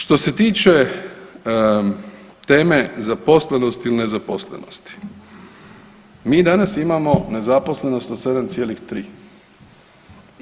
Što se tiče teme zaposlenosti ili nezaposlenosti mi danas imamo nezaposlenost na 7,3.